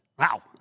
Wow